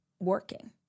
working